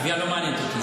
התביעה לא מעניינת אותי,